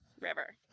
river